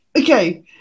Okay